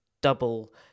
double